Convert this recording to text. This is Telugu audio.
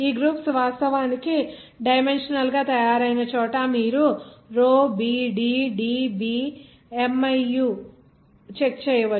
ఈ గ్రూప్స్ వాస్తవానికి డైమెన్షనల్ గా తయారైన చోట మీరు row b d D b Miu check చేయవచ్చు